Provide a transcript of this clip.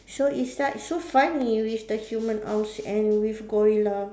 so it's like so funny with the human arms and with gorilla